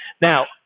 Now